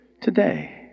Today